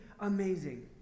amazing